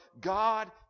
God